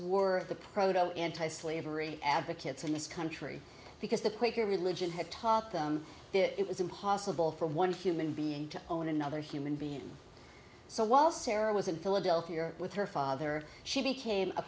were the proto anti slavery advocates in this country because the quaker religion had taught them it was impossible for one human being to own another human being so while sarah was in philadelphia with her father she became a